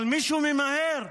אבל מישהו ממהר,